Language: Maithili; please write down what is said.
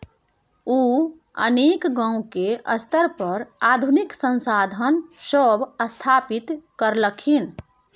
उ अनेक गांव के स्तर पर आधुनिक संसाधन सब स्थापित करलखिन